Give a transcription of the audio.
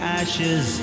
ashes